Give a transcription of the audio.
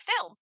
film